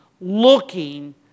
looking